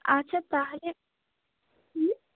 আচ্ছা তাহলে হুম